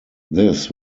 this